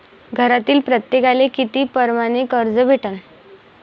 घरातील प्रत्येकाले किती परमाने कर्ज भेटन?